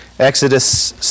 Exodus